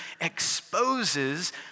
exposes